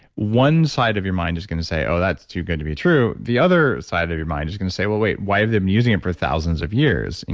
one side of your mind is going to say, oh, that's too good to be true. the other side of your mind is going to say, well, wait, why have they been using it for thousands of years? and